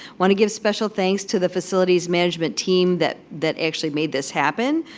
want to give special thanks to the facilities management team that that actually made this happen.